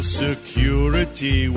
security